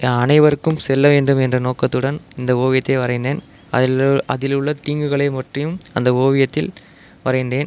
அனைவருக்கும் செல்ல வேண்டும் என்ற நோக்கத்துடன் இந்த ஓவியத்தை வரைந்தேன் அதில் அதில் உள்ள தீங்குகளை பற்றியும் அந்த ஓவியத்தில் வரைந்தேன்